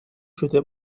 شده